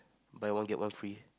buy one get one free